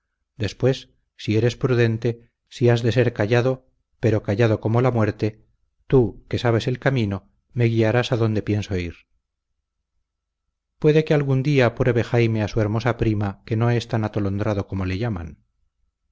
después si eres prudente si has de ser callado pero callado como la muerte tú que sabes el camino me guiarás adonde pienso ir puede que algún día pruebe jaime a su hermosa prima que no es tan atolondrado como le llaman